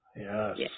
Yes